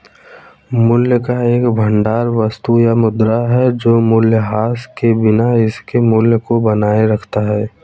मूल्य का एक भंडार वस्तु या मुद्रा है जो मूल्यह्रास के बिना इसके मूल्य को बनाए रखता है